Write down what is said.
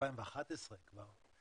ב-2011 כבר,